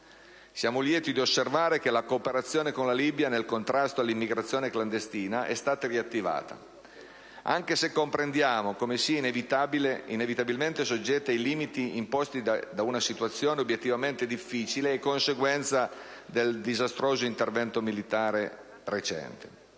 Siamo lieti di osservare che la cooperazione con la Libia nel contrasto all'immigrazione clandestina è stata riattivata, anche se comprendiamo come sia inevitabilmente soggetta ai limiti imposti da una situazione obiettivamente difficile e conseguenza del disastroso intervento militare recente.